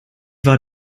war